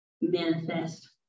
manifest